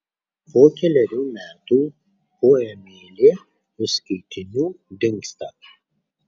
po kelerių metų poemėlė iš skaitinių dingsta